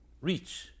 Reach